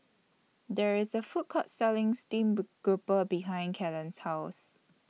There IS A Food Court Selling Steamed Grouper behind Kellen's House